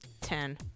Ten